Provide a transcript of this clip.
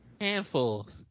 Handfuls